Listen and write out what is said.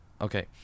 okay